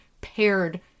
paired